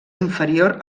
inferior